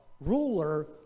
ruler